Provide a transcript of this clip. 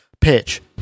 pitch